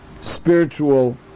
spiritual